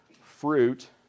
fruit